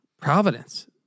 Providence